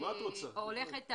סגן